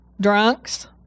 drunks